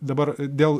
dabar dėl